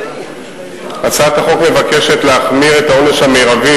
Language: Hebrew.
הצעת החוק מבקשת להחמיר את העונש המרבי